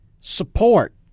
support